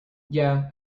yeah